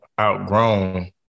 outgrown